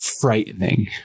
frightening